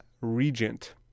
regent